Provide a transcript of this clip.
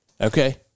okay